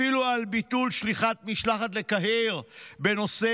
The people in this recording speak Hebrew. אפילו על ביטול שליחת משלחת לקהיר בנושא